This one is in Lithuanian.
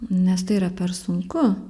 nes tai yra per sunku